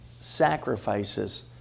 sacrifices